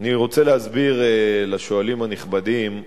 אני רוצה להסביר לשואלים הנכבדים,